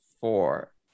four